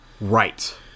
Right